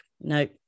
no